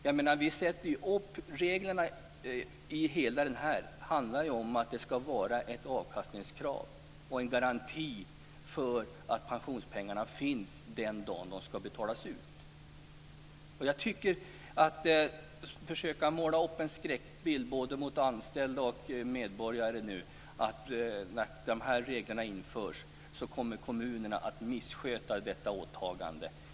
De regler som sätts upp innebär att det skall ställas ett avkastningskrav och att det skall kunna garanteras att pensionspengarna finns den dag när de skall betalas ut. Man försöker måla upp en skräckbild inför anställda och medborgare innebärande att kommunerna när de här reglerna införs kommer att missköta sitt åtagande.